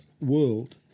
world